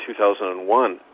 2001